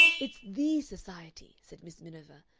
it's the society! said miss miniver.